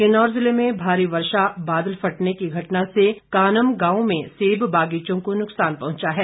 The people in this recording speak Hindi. किन्नौर जिले में भारी वर्षा बादल फटने की घटना से कानम गांव में सेब बागीचों को नुक्सान पहुंचा है